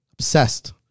Obsessed